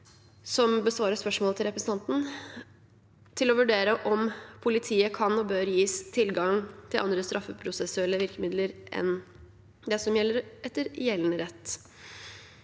som besvarer spørsmålet til representanten – til å vurdere om politiet kan og bør gis tilgang til andre straffeprosessuelle virkemidler enn etter gjeldende rett.